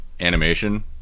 animation